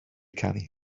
canu